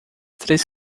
três